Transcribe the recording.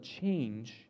change